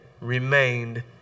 remained